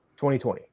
2020